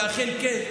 ואכן כן,